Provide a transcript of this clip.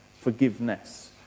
forgiveness